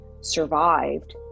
survived